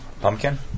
Pumpkin